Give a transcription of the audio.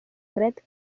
red